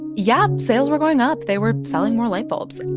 yeah, sales were going up. they were selling more light bulbs.